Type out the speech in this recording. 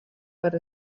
per